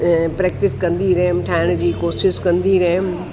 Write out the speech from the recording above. ऐं प्रैक्टिस कंदी रहियमि ठाहिण जी कोशिशि कंदी रहियमि